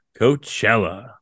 Coachella